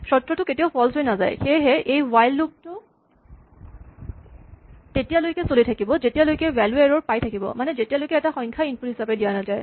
চৰ্তটো কেতিয়াও ফল্চ হৈ নাযায় সেয়েহে এই হুৱাইল লুপ টো তেতিয়ালৈকে চলি থাকিব যেতিয়ালৈকে ভ্যেলু এৰ'ৰ পাই থাকিব মানে যেতিয়ালৈকে এটা সংখ্যা ইনপুট হিচাপে দিয়া নাযায়